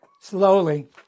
Slowly